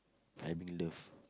I bring love